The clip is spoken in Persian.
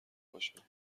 باشند